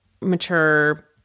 mature